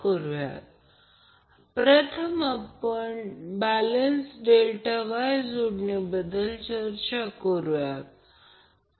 हा 5 j 2 Ω 10 j 8 Ω जोडले तर याला Zy म्हणू ही कल्पना आहे